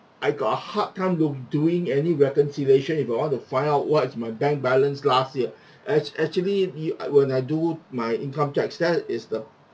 I got a hard time do doing any reconciliation if I want to find out what's my bank balance last year act actually you I when I do my income tax that is the